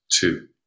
two